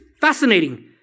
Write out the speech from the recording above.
fascinating